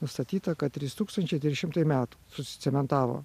nustatyta kad trys tūkstančiai trys šimtai metų susicementavo